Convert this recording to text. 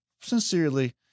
sincerely